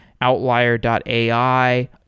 Outlier.ai